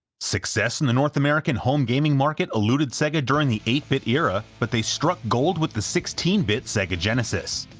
success in the north american home gaming market eluded sega during the eight bit era, but they struck gold with the sixteen bit sega genesis.